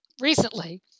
recently